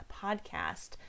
podcast